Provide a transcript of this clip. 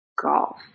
Golf